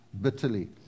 bitterly